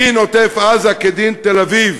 דין עוטף-עזה כדין תל-אביב.